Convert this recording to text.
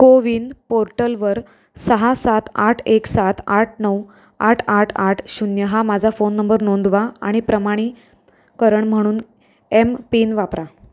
कोविन पोर्टलवर सहा सात आठ एक सात आठ नऊ आठ आठ आठ शून्य हा माझा फोन नंबर नोंदवा आणि प्रमाणी करण म्हणून एम पिन वापरा